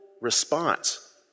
response